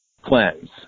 cleanse